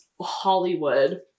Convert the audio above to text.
Hollywood